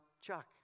Chuck